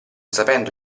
sapendo